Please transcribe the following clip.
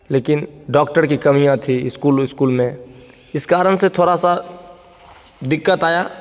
लेकिन डॉक्टर की कमियाँ थी इस्कूल उस्कूल में इस कारण से थोड़ा सा दिक्कत आया